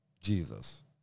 Jesus